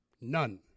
None